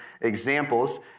examples